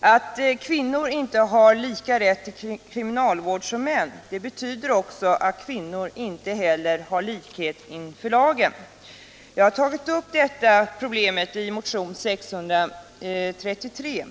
Att kvinnor inte har lika rätt till kriminalvård som män Nr 130 betyder också att kvinnor inte har likhet inför lagen. Jag har tagit upp Torsdagen den . detta problem i min motion nr 633.